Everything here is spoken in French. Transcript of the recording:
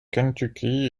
kentucky